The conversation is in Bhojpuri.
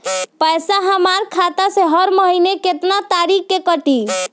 पैसा हमरा खाता से हर महीना केतना तारीक के कटी?